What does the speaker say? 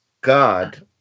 God